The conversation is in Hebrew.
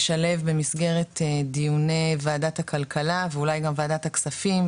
לשלב במסגרת דיוני וועדת הכלכלה ואולי גם וועדת הכספים,